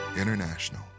International